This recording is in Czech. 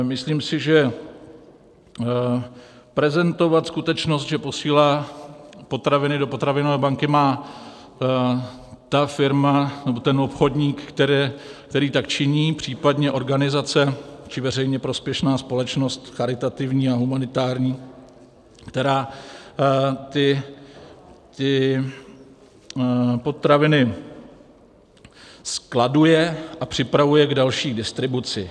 Myslím si, že prezentovat skutečnost, že posílá potraviny do potravinové banky, má firma nebo obchodník, který tak činí, případně organizace či veřejně prospěšná společnost charitativní a humanitární, která ty potraviny skladuje a připravuje k další distribuci.